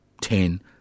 ten